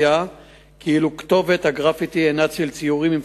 היה ההסבר למעשיהם?